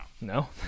No